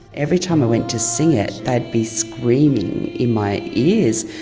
every time i went to sing it, they'd be screaming in my ears.